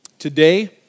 Today